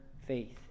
faith